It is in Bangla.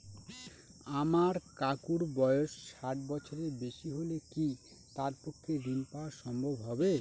আমার কাকুর বয়স ষাট বছরের বেশি হলে কি তার পক্ষে ঋণ পাওয়া সম্ভব হবে?